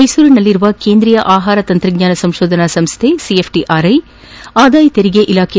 ಮ್ನೆಸೂರಿನಲ್ಲಿನ ಕೇಂದ್ರೀಯ ಆಹಾರ ತಂತ್ರಜ್ಞಾನ ಸಂಶೋಧನಾ ಸಂಶ್ನೆ ಸಿಎಸ್ಐಆರ್ ಆದಾಯ ತೆರಿಗೆ ಇಲಾಖೆ